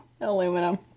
aluminum